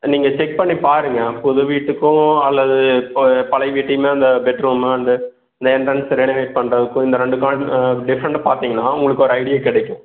நீங்கள் செக் பண்ணி பாருங்கள் புது வீட்டுக்கும் அல்லது இப்போ பழைய வீட்டையுமே அந்த பெட்ரூமு அந்த அந்த என்ட்ரென்ஸ் ரெனவேட் பண்ணுறதுக்கும் இந்த ரெண்டுக்கான டிஃப்ரெண்டை பார்த்திங்கன்னா உங்களுக்கு ஒரு ஐடியா கிடைக்கும்